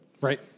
Right